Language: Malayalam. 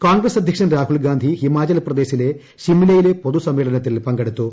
കോൺഗ്രസ് അധ്യക്ഷൻ രാഹുൽഗാന്ധി ഹിമാചൽ പ്രദേശിലെ ഷിംലയിലെ പൊതുസമ്മേളന ത്തിൽ പങ്കെടുത്തു